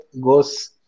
goes